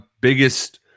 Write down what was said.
biggest